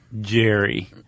Jerry